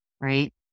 right